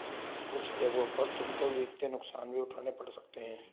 कुछ जगहों पर तुमको वित्तीय नुकसान भी उठाने पड़ सकते हैं